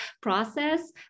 process